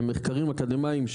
מחקרים אקדמאיים,